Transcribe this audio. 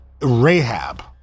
Rahab